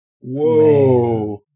Whoa